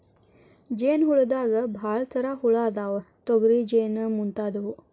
ಜೇನ ಹುಳದಾಗ ಭಾಳ ತರಾ ಹುಳಾ ಅದಾವ, ತೊಗರಿ ಜೇನ ಮುಂತಾದವು